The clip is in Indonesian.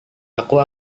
aku